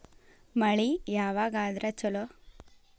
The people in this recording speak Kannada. ಮಳಿ ಯಾವಾಗ ಆದರೆ ಛಲೋ?